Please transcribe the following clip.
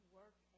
work